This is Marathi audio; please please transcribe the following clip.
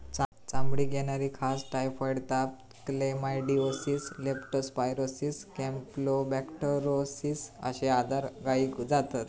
चामडीक येणारी खाज, टायफॉइड ताप, क्लेमायडीओसिस, लेप्टो स्पायरोसिस, कॅम्पलोबेक्टोरोसिस अश्ये आजार गायीक जातत